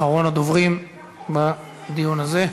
אחרון הדוברים בדיון הזה.